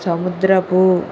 సముద్రపు